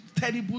terrible